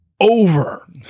over